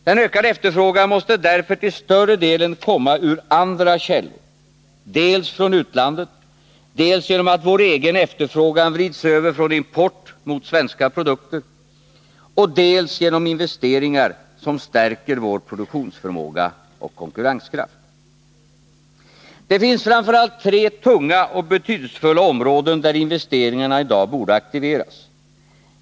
Den ökade efterfrågan måste därför till större delen komma ur andra källor: dels från utlandet, dels genom att vår egen efterfrågan vrids över från import mot svenska produkter, och dels genom investeringar som stärker vår produktionsförmåga och konkurrenskraft. Det finns framför allt tre tunga och betydelsefulla områden där investeringarna i dag borde aktiveras.